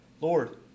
Lord